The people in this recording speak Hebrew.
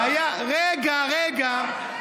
רגע, רגע.